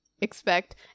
expect